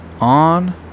on